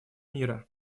мира